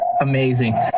Amazing